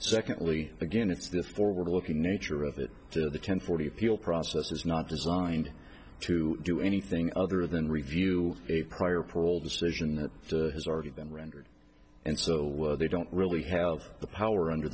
secondly again it's this forward looking nature of that the ten forty feel process is not designed to do anything other than review a prior parole decision that has already been rendered and so they don't really have the power under